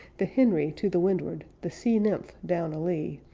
the henry to the windward, the sea nymph down alee,